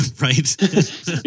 right